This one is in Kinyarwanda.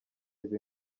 izi